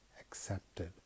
accepted